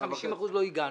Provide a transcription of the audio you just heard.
של-50% לא הגענו.